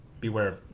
beware